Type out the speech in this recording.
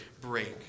break